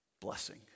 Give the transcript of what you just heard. Blessing